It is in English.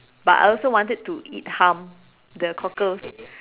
but I also wanted to eat hum the cockles